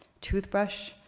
Toothbrush